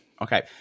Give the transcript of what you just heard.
Okay